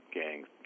gangs